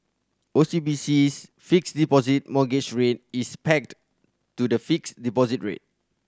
O C B C's Fixed Deposit Mortgage Rate is pegged to the fixed deposit rate